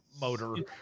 motor